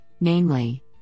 Namely